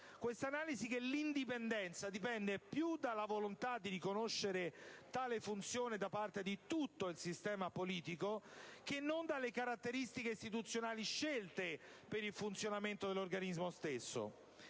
dimostra che l'indipendenza dipende più dalla volontà di riconoscere tale funzione da parte di tutto il sistema politico che non dalle caratteristiche istituzionali scelte per il funzionamento dell'organismo stesso.